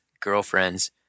girlfriends